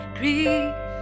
grief